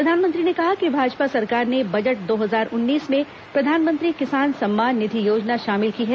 प्रधानमंत्री ने कहा कि भाजपा सरकार ने बजट दो हजार उन्नीस में प्रधानमंत्री किसान सम्मान निधि योजना शामिल की है